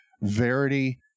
Verity